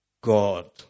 God